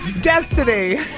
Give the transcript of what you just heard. Destiny